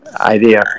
idea